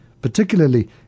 particularly